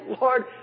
Lord